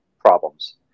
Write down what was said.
problems